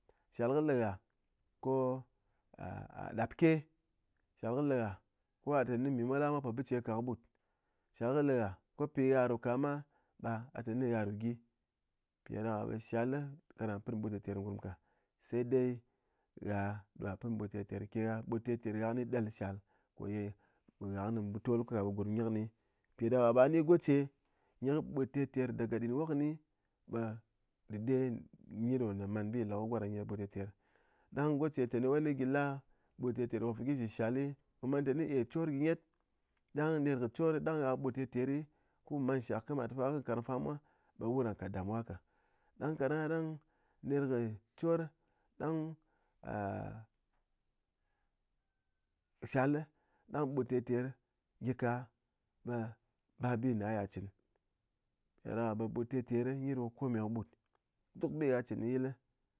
Shal le ghá ko gha ɗap ke shal kɨ le ghá ko gha té mi molgha mwa po bicheka kɨ, ɓut shal le ghá ko pi ye gha ru ka ɓe a tɨné a ru gyi mpiɗáɗaka ɓe shall ran pɨn ɓut terter gurm ka saidai gha ɗo gha pɨn ɓut terter ke gha, ɓut terter gha kɨ nyi del shal ko gha kɨ nyi mbotol ko ka ɓe gurm nyi kɨ ni mpiɗáɗaka ɓe gha ni goche nyi kɨ ɓut terter daga ɗɨn wok kɨni, ɓe dɨɗe nyi ɗo na man bi le ko gwoɗa nyi kɨ ɓut terter, ɗang goche tɨné wai gi la ɓut terter fugyi shɨ shal mu man tɨné chor gyi nyet ɗang ner kɨ chor ɗang gha kɨ ɓut terter ku man shak kɨ mat fa kɨ nkarng fa mwa, ɓe wun ran kat damuwa ka ɗang káɗang yaɗang ner kɨ chor ɗang shal ɗang ɓut terter gyika ɓe babi ne gha ya chin mpiɗáɗaka ɓe ɓut terter nyi ɗo kome kɨ ɓut duk bi gha chɨn yil